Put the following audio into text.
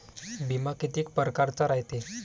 बिमा कितीक परकारचा रायते?